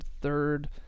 third